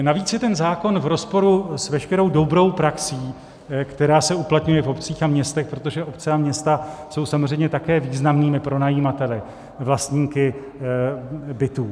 Navíc je ten zákon v rozporu s veškerou dobrou praxí, která se uplatňuje v obcích a městech, protože obce a města jsou samozřejmě také významnými pronajímateli, vlastníky bytů.